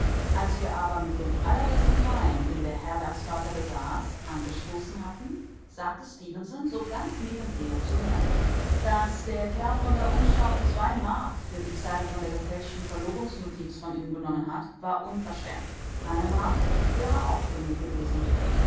als wir mit dem allerbesten wein den der herbergsvater besaß angestoßen hatten sagte stefenson so ganz nebenher zu mir daß der kerl von der umschau zwei mark für die zeile der gefälschten verlobungsnotiz von ihnen genommen hat war unverschämt eine mark wäre auch genug gewesen